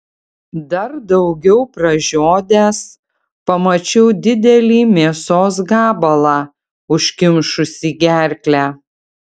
dar daugiau pražiodęs pamačiau didelį mėsos gabalą užkimšusį gerklę